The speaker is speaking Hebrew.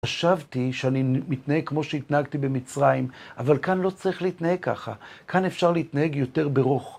חשבתי שאני מתנהג כמו שהתנהגתי במצרים, אבל כאן לא צריך להתנהג ככה. כאן אפשר להתנהג יותר ברוך.